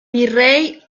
virrey